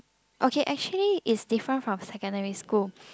okay actually is different from secondary school